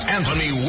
Anthony